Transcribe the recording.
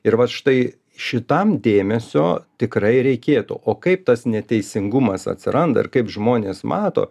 ir va štai šitam dėmesio tikrai reikėtų o kaip tas neteisingumas atsiranda ir kaip žmonės mato